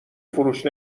فروش